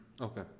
Okay